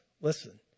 Listen